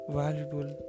valuable